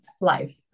life